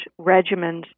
regimens